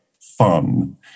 fun